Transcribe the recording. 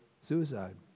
suicide